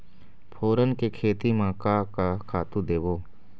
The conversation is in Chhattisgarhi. फोरन के खेती म का का खातू देबो?